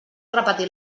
repetir